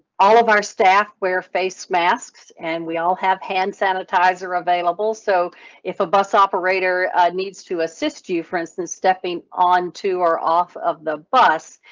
all of our staff wear face masks an and we all have hand sanitizer available, so if a bus operator needs to assist you, for instance stepping on to, or off of the bus,